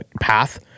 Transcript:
path